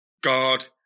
God